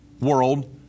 world